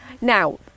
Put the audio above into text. Now